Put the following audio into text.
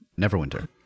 Neverwinter